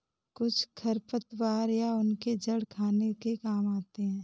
कुछ खरपतवार या उनके जड़ खाने के काम आते हैं